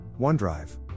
OneDrive